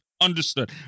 Understood